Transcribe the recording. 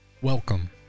Welcome